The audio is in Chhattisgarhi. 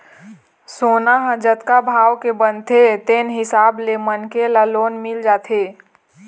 सोना ह जतका भाव के बनथे तेन हिसाब ले मनखे ल लोन मिल जाथे